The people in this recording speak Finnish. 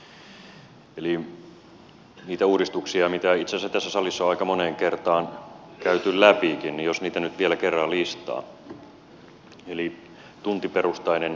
eli niitä uudistuksia mitä itse asiassa tässä salissa on aika moneen kertaan käyty läpikin nyt vielä kerran listaan